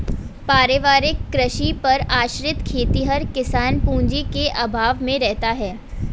पारिवारिक कृषि पर आश्रित खेतिहर किसान पूँजी के अभाव में रहता है